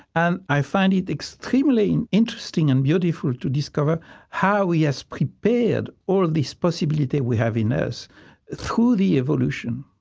and i find it extremely and interesting and beautiful to discover how he has prepared all this possibility we have in us through the evolution